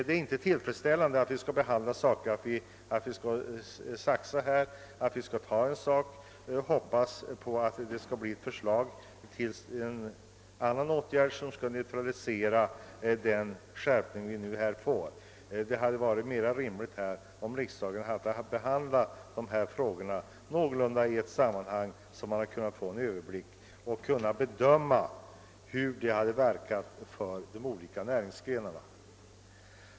Det är inte tillfredsställande att vi saxar på detta sätt, att vi nu beslutar om en åtgärd och sedan hoppas på ett förslag till en annan åtgärd som kan neutralisera den skärpning som blev följden av ett beslut i dag. Det hade varit rimligare att riksdagen fått behandla dessa frågor någorlunda i ett sammanhang, så att vi fått överblick och kunnat bedöma hur de föreslagna åtgärderna kommer att verka för de olika näringsgrenarna.